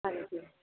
ਹਾਂਜੀ